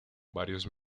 varios